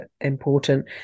important